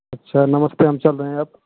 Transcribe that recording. अच्छा नमस्ते हम चल रहे हैं अब